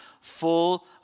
full